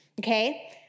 okay